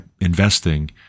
investing